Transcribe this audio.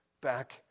back